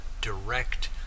direct